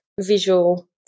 visual